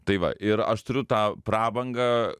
tai va ir aš turiu tą prabangą